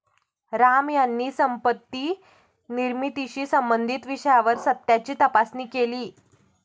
राम यांनी संपत्ती निर्मितीशी संबंधित विषयावर सत्याची तपासणी केली